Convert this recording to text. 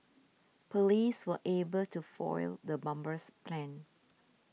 police were able to foil the bomber's plans